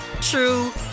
true